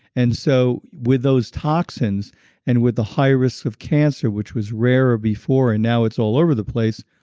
and so with those toxins and with the high risk of cancer, which was rarer before and now it's all over the place,